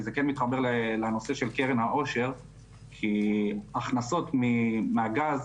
וזה כן מתחבר לנושא של קרן העושר כי הכנסות מהגז